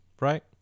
right